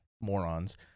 morons